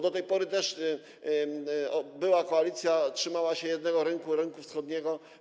Do tej pory była koalicja, która trzymała się jednego rynku, rynku wschodniego.